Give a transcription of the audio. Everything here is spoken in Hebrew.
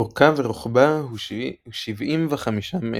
אורכה ורוחבה הוא 75 מטר.